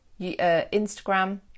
Instagram